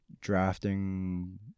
drafting